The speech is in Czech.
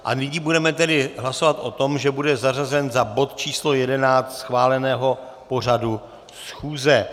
A nyní budeme tedy hlasovat o tom, že bude zařazen za bod číslo 11 schváleného pořadu schůze.